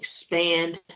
expand